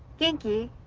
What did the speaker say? think you